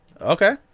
Okay